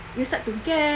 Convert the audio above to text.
you start to gag